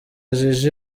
jiji